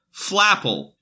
Flapple